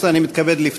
להלן